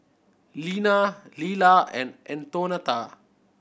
Lina Lela and Antonetta